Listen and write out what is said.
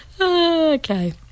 Okay